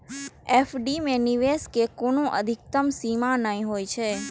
FD मे निवेश के कोनो अधिकतम सीमा नै होइ छै